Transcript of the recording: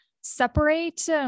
separate